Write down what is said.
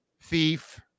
thief